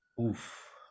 Oof